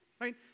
Right